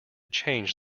change